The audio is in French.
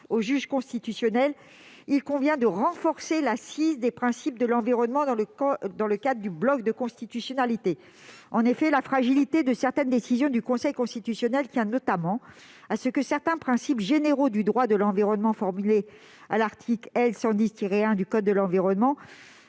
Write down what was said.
au juge constitutionnel, alors qu'il conviendrait à notre sens de renforcer l'assise des principes de l'environnement dans le bloc de constitutionnalité. En effet, la fragilité de certaines décisions du Conseil constitutionnel tient notamment à ce que certains principes généraux du droit de l'environnement formulés à l'article L. 110-1 du code de l'environnement